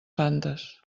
fantes